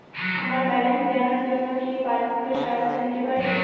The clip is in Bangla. আমার ব্যালেন্স জানার জন্য কি পাসবুকের সহায়তা নিতে পারি?